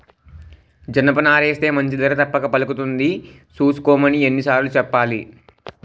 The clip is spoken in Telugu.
జనపనారేస్తే మంచి ధర తప్పక పలుకుతుంది సూసుకోమని ఎన్ని సార్లు సెప్పాలి?